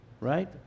Right